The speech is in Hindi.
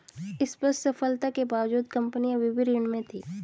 स्पष्ट सफलता के बावजूद कंपनी अभी भी ऋण में थी